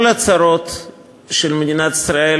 כל הצרות של מדינת ישראל,